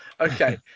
okay